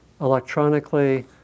electronically